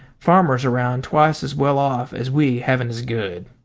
farmers around twice as well off as we haven't as good.